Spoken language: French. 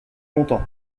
content